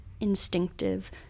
instinctive